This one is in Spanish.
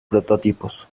prototipos